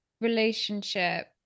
relationship